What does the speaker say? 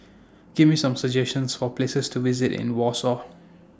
Give Me Some suggestions For Places to visit in Warsaw